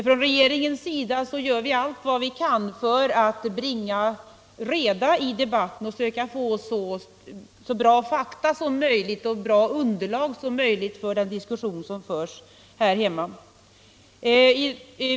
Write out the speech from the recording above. Från regeringens sida gör vi allt vad vi kan för att bringa reda i debatten och söka få så bra fakta som möjligt som underlag för den diskussion som förs här hemma.